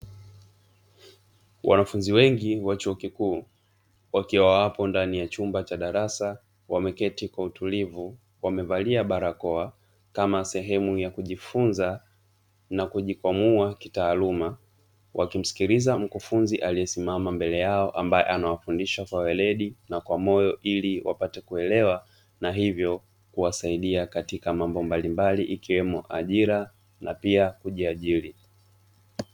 Wanafunzi wengi wa chuo kikuu wakiwa hapo ndani ya chumba cha darasa wamekaa kwa utulivu. Wamevalia barakoa kama sehemu ya kujifunza na kujikwamua kitaaluma. Twamsikiliza mkufunzi aliyesimama mbele yao ambaye anawafundisha kwa ueleledi na kwa moyo ili wapate kuelewa, na hivyo kuwasaidia katika mambo mbalimbali ikiwemo ajira na pia kujiajiri.